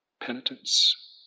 penitence